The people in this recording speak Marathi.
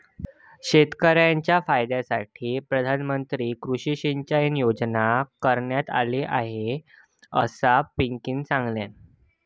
शेतकऱ्यांच्या फायद्यासाठी प्रधानमंत्री कृषी सिंचाई योजना करण्यात आली आसा, असा पिंकीनं सांगल्यान